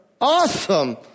awesome